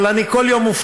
אבל כל יום אני מופתע,